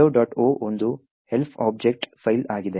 o ಒಂದು Elf object file ಆಗಿದೆ